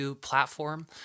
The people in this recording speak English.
platform